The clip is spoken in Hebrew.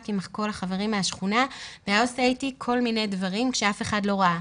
עם כל החברים מהשכונה והיה עושה איתי כל מיני דברים כשאף אחד לא ראה.